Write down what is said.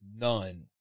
None